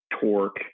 torque